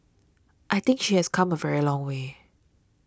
I think she has come a very long way